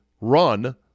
run